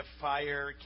fire